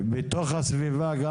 זה אדם כמוני שלא מבין הגנת סביבה יכול